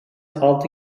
altı